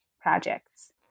projects